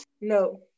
No